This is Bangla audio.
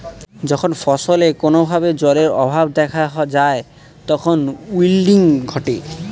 যখন ফসলে কোনো ভাবে জলের অভাব দেখা যায় তখন উইল্টিং ঘটে